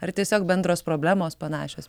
ar tiesiog bendros problemos panašios